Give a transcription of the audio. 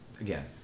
again